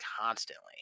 constantly